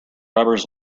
robbers